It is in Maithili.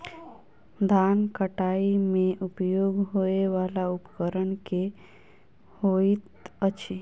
धान कटाई मे उपयोग होयवला उपकरण केँ होइत अछि?